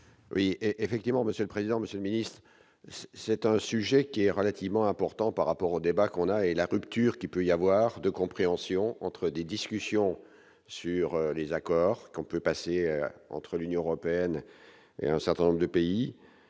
Et effectivement Monsieur le président, Monsieur le Ministre, c'est un sujet qui est relativement important par rapport au débat qu'on a et la rupture qu'il peut y avoir de compréhension entre des discussions sur les accords qu'on peut passer entre l'Union européenne et un certain nombre de pays